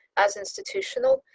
as institutional,